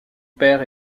père